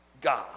God